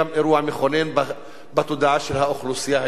בתודעה של האוכלוסייה היהודית בישראל,